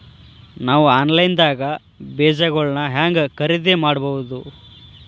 ನಾವು ಆನ್ಲೈನ್ ದಾಗ ಬೇಜಗೊಳ್ನ ಹ್ಯಾಂಗ್ ಖರೇದಿ ಮಾಡಬಹುದು?